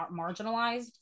marginalized